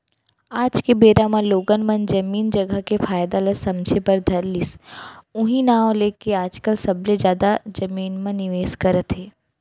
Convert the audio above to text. आज के बेरा म लोगन मन जमीन जघा के फायदा ल समझे बर धर लिस उहीं नांव लेके आजकल सबले जादा जमीन म निवेस करत हे